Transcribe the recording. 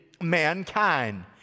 mankind